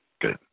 Good